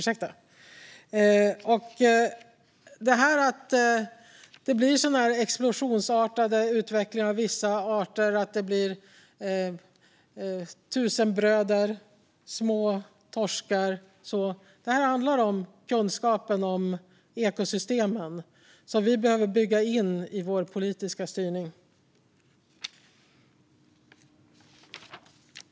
Med tanke på att det sker en sådan här explosionsartad utveckling för vissa arter, att det blir tusenbröder, små torskar kanske, behöver vi bygga in kunskapen om ekosystemen i vår politiska styrning.